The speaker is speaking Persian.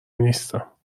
نیستم